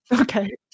Okay